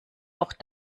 auch